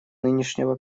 нынешнего